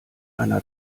einer